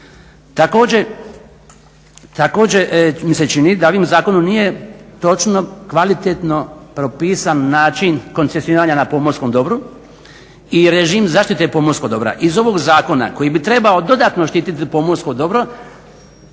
Također mi se čini da ovim zakonom nije točno kvalitetno propisan način koncesioniranja na pomorskom dobru i režim zaštite pomorskog dobra. Iz ovog zakona koji bi trebao dodatno štititi pomorskom dobro